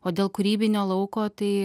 o dėl kūrybinio lauko tai